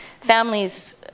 families